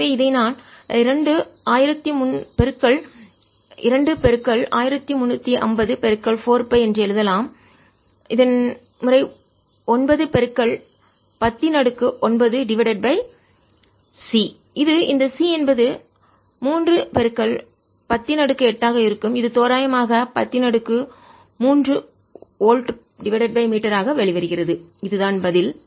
எனவே இதை நான் 2 1350 4 பை என்று எழுதலாம் முறை 9 10 9 C இது இந்த C என்பது 3 10 8 ஆக இருக்கும் இது தோராயமாக 10 3 வோல்ட் மீட்டர் ஆக வெளிவருகிறது இதுதான் பதில்